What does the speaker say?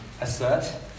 assert